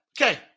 Okay